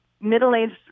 middle-aged